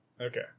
Okay